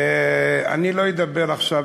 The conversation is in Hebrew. אני לא אדבר עכשיו,